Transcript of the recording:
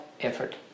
effort